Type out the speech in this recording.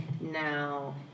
now